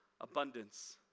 abundance